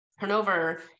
turnover